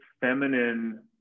feminine